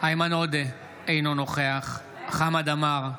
איימן עודה, אינו נוכח חמד עמאר,